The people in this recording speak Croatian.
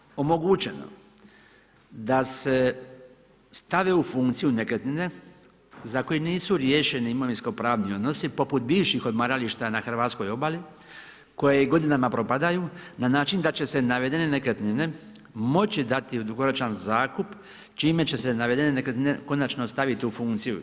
Zakonom je omogućeno da se stavi u funkcije nekretnine za koje nisu riješeni imovinsko-pravni odnosi poput bivših odmarališta na hrvatskoj obali koje godinama propadaju na način da će se navedene nekretnine moći dati u dugoročan zakup čime će se navedene nekretnine konačno staviti u funkciju.